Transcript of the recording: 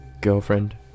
girlfriend